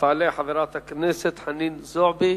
תעלה חברת הכנסת חנין זועבי,